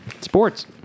Sports